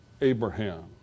Abraham